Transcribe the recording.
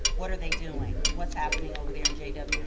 what are they doing? what's happening over there in jwe?